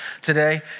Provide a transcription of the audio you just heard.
today